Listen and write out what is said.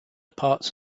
parts